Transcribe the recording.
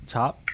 top